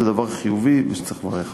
זה דבר חיובי שצריך לברך עליו.